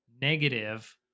negative